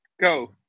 go